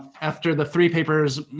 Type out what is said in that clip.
after the three papers,